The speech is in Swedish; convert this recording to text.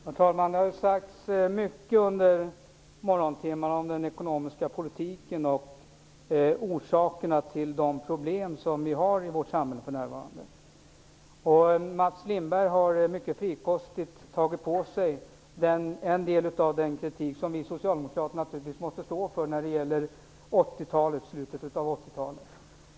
Herr talman! Det har sagts mycket under morgontimmarna om den ekonomiska politiken och orsakerna till de problem som vi har i vårt samhälle för närvarande. Mats Lindberg har mycket frikostigt tagit åt sig en del av den kritik som vi socialdemokrater naturligtvis måste tåla när det gäller slutet av 80-talet.